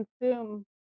consume